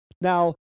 Now